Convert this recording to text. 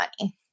money